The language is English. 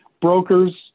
Brokers